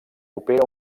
opera